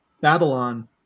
Babylon